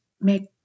make